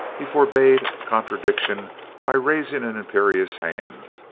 he forbade contradiction by raising an imperious hand.